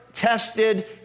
tested